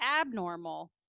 abnormal